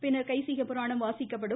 பின்னர் கைசிக புராணம் வாசிக்கப்படும்